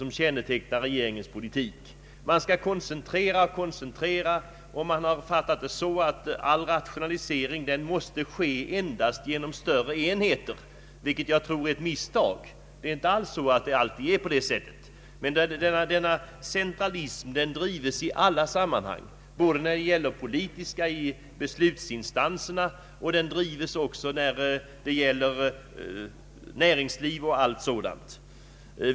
Man skall koncentrera och koncentrera och har tydligen fattat situationen så att all rationalisering måste ske endast genom skapandet av större enheter, vilket jag för min del tror är ett misstag. Det är inte alls så alltid. Men denna centralism drivs i alla sammanhang, både när det gäller beslutsfattandet i politiska instanser och inom näringslivet etc.